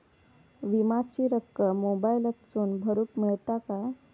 विमाची रक्कम मोबाईलातसून भरुक मेळता काय?